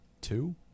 Two